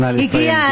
נא לסיים.